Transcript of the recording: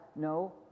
No